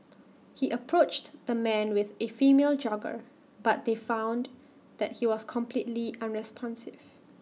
he approached the man with A female jogger but they found that he was completely unresponsive